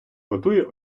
готує